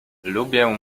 lubię